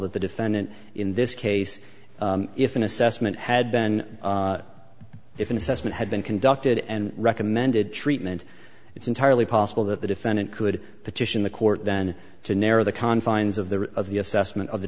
that the defendant in this case if an assessment had been if an assessment had been conducted and recommended treatment it's entirely possible that the defendant could petition the court then to narrow the confines of the of the assessment of the